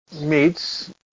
meets